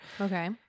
Okay